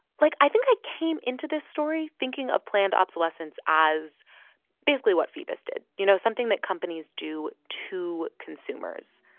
like, i think i came into this story thinking of planned obsolescence as basically what phoebus did you know, something that companies do to consumers.